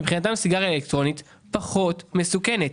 מבחינתם סיגריה אלקטרונית פחות מסוכנת.